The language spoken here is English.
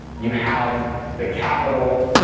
you have the capital,